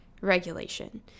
regulation